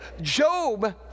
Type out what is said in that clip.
Job